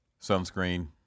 sunscreen